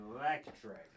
electric